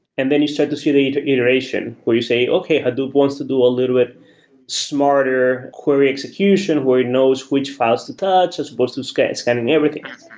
and then you start to see the iteration where you say, okay. hadoop wants to do a little bit smarter query execution, where it knows which files to touch as supposed to scanning scanning everything.